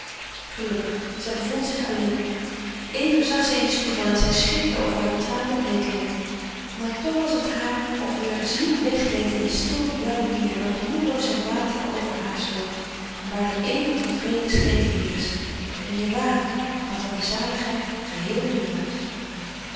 gelukkig zij bevond zich alleen even zag zij in den spiegel en zij schrikte over haar betraande bleekheid maar toch was het haar of heur ziel weggleed in een stil blauw meer dat roerloos zijn wateren over haar sloot en waar een eeuwige vrede scheen te heerschen een nirwana waarvan de zaligheid geheel nieuw was